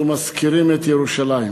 ומזכירים את ירושלים,